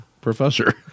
professor